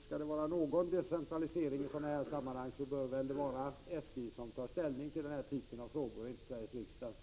Skall det vara någon decentralisering i sådana här sammanhang, bör SJ ta ställning till detta slag av frågor, inte Sveriges riksdag.